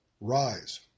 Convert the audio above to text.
Rise